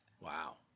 Wow